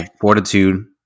fortitude